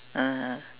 (uh huh)